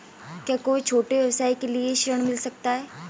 क्या कोई छोटे व्यवसाय के लिए ऋण मिल सकता है?